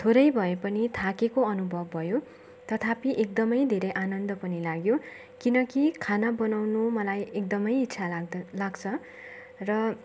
थोरै भए पनि थाकेको अनुभव भयो तथापि एकदमै धेरै आनन्द पनि लाग्यो किनकि खाना बनाउनु मलाई एकदमै इच्छा लाग्द लाग्छ र